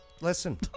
Listen